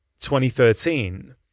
2013